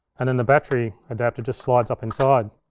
and then the battery adapter just slides up inside.